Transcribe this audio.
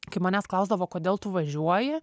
kai manęs klausdavo kodėl tu važiuoji